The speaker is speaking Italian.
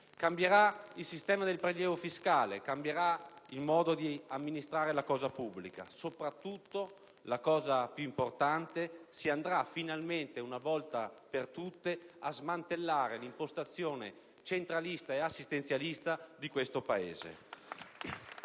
Cambierà il sistema del prelievo fiscale, il modo di amministrare la cosa pubblica; soprattutto, la cosa più importante, si andrà finalmente una volta per tutte a smantellare l'impostazione centralista e assistenzialista di questo Paese.